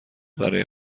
برای